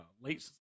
late